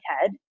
head